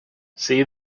see